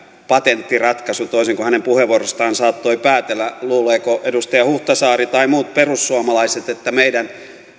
patenttiratkaisu toisin kuin hänen puheenvuorostaan saattoi päätellä luuleeko edustaja huhtasaari tai muut perussuomalaiset että meidän